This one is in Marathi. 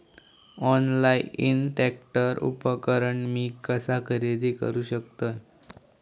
ऑनलाईन ट्रॅक्टर उपकरण मी कसा खरेदी करू शकतय?